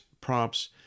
props